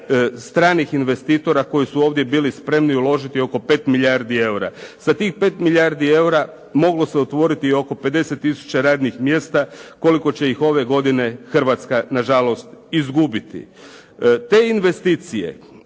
stranih investitora koji su ovdje bili spremni uložiti oko 5 milijardi eura. Sa tih 5 milijardi eura moglo se otvoriti i oko 50 tisuća radnih mjesta koliko će ih ove godine Hrvatska na žalost izgubiti. Te investicije